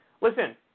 listen